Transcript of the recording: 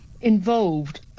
involved